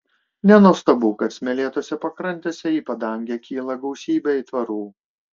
nenuostabu kad smėlėtose pakrantėse į padangę kyla gausybė aitvarų